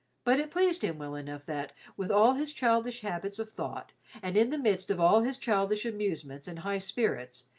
but it pleased him well enough that, with all his childish habits of thought and in the midst of all his childish amusements and high spirits,